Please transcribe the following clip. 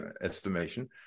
estimation